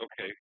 Okay